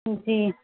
جی